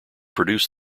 produce